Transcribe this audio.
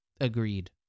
agreed